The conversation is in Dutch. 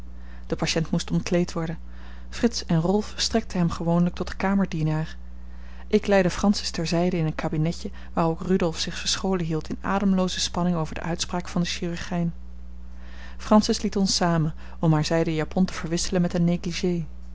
de patiënt moest ontkleed worden frits en rolf strekten hem gewoonlijk tot kamerdienaar ik leidde francis ter zijde in een kabinetje waar ook rudolf zich verscholen hield in ademlooze spanning over de uitspraak van den chirurgijn francis liet ons samen om haar zijden japon te verwisselen met een négligé